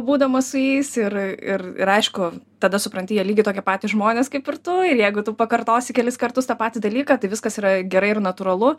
būdamas su jais ir ir ir aišku tada supranti jie lygiai tokie patys žmonės kaip ir tu ir jeigu tu pakartosi kelis kartus tą patį dalyką tai viskas yra gerai ir natūralu